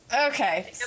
okay